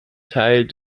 teil